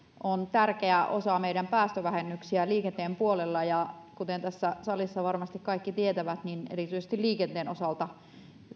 on tärkeä osa meidän päästövähennyksiämme liikenteen puolella ja kuten tässä salissa varmasti kaikki tietävät erityisesti liikenteen osalta